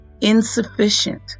insufficient